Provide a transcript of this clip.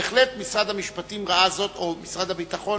בהחלט משרד המשפטים ראה זאת או משרד הביטחון,